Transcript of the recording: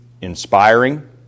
inspiring